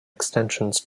extensions